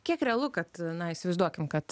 kiek realu kad na įsivaizduokim kad